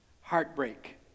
heartbreak